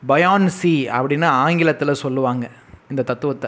Beyoncé அப்படின்னு ஆங்கிலத்தில் சொல்லுவாங்க இந்த தத்துவத்தை